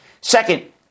Second